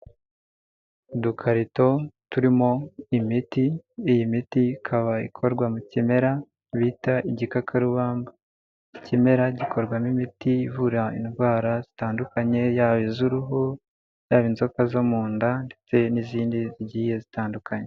Udukarito turimo imiti, iyi miti ikaba ikorwa mu kimera bita igikakarubamba, ikimera gikorwamo imiti ivura indwara zitandukanye yaba iz'uruhu, yaba inzoka zo mu nda ndetse n'izindi zigiye zitandukanye.